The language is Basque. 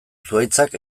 zuhaitzak